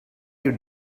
you